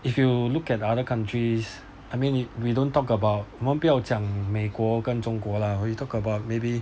if you look at other countries I mean you we don't talk about 我们不要讲美国跟中国 lah when you talk about maybe